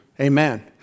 Amen